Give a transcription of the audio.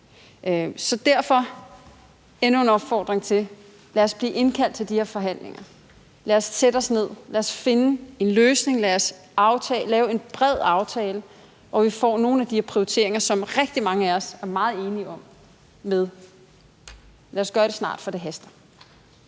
komme med endnu en opfordring: Lad os blive indkaldt til de her forhandlinger, lad os sætte os ned og finde en løsning, lad os lave en bred aftale, hvor vi får nogle af de her prioriteringer, som rigtig mange af os er meget enige om, med. Lad os gøre det snart, for det haster.